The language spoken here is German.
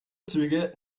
züge